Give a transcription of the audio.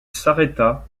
s’arrêta